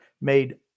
made